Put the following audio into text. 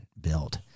built